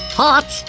hot